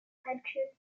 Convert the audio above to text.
calcul